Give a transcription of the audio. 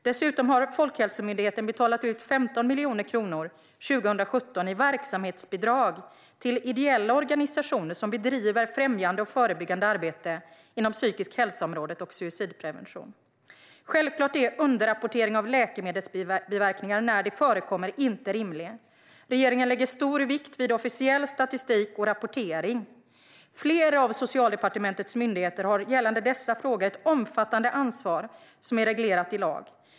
Dessutom har Folkhälsomyndigheten betalat ut 15 miljoner kronor 2017 i verksamhetsbidrag till ideella organisationer som bedriver främjande och förebyggande arbete inom psykisk-hälsa-området och suicidprevention. Självklart är underrapportering av läkemedelsbiverkningar, när det förekommer, inte rimligt. Regeringen lägger stor vikt vid officiell statistik och rapportering. Flera av Socialdepartementets myndigheter har gällande dessa frågor ett omfattande ansvar som är reglerat i lag.